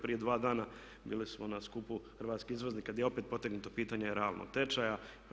Prije dva dana bili smo na skupu hrvatskih izvoznika gdje je opet potegnuto pitanje realnog tečaja.